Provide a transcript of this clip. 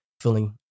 feeling